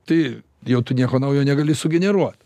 tai jau tu nieko naujo negali sugeneruot